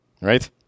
Right